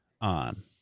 on